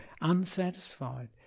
unsatisfied